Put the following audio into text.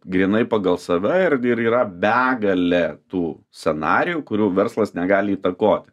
grynai pagal save ir yra begalė tų scenarijų kurių verslas negali įtakoti